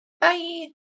Bye